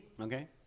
Okay